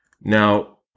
Now